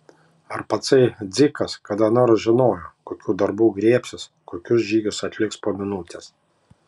ar patsai dzikas kada nors žinojo kokių darbų griebsis kokius žygius atliks po minutės